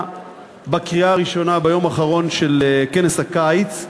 בקריאה הראשונה ביום האחרון של כנס הקיץ,